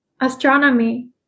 astronomy